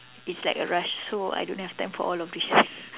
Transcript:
it's like a rush so I don't have time for all of this